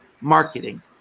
marketing